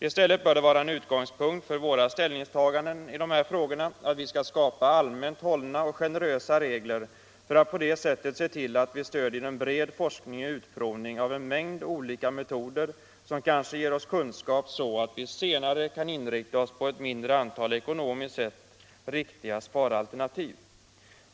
I stället bör det vara en utgångspunkt för våra ställningstaganden i de här frågorna att vi skall skapa allmänt hållna och generösa regler för att på det sättet se till att stödja en bred forskning och utprovning av en mängd olika metoder som kanske ger oss kunskaper så att vi senare kan inrikta oss på ett mindre antal ekonomiskt sett riktiga sparalternativ.